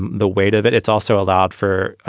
the weight of it. it's also allowed for,